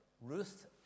Ruth